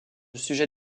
sujet